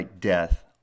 death